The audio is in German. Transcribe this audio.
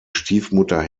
stiefmutter